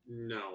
no